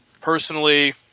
personally